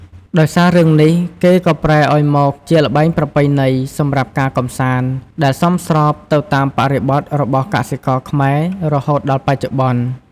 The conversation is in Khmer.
ដោយសាររឿងនេះ គេក៏ប្រែឱ្យមកជាល្បែងប្រពៃណី សម្រាប់ការកម្សាន្ត ដែលសមស្របទៅតាមបរិបទរបស់កសិករខ្មែរ រហូតដល់បច្ចុប្បន្ន។